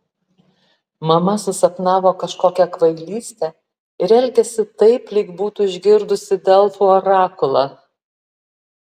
mama susapnavo kažkokią kvailystę ir elgiasi taip lyg būtų išgirdusi delfų orakulą